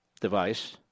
device